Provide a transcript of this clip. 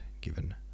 given